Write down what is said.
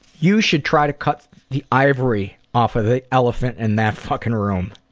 you should try to cut the ivory off of the elephant in that fucking room.